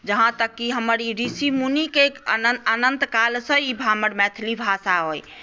जहाँतक कि हमर ई ऋषि मुनिके अनन् अनन्तकालसँ ई भा हमर मैथिली भाषा अइ